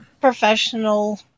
professional